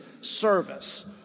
service